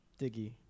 Diggy